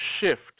shift